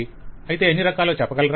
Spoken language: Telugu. వెండర్ అయితే ఎన్ని రకాలో చెప్పగలరా